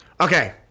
Okay